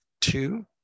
two